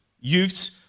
youths